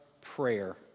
prayer